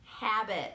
habit